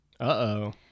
Uh-oh